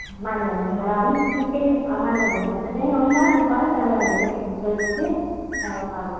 माने भन्ज्याङबाट अलिक निकै माने भन्ज्याङबाट त त्यही हो नि त नेपाल त्यहाँबाट हिँड्दै गए पछि त्यहाँबाट